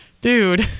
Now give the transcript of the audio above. dude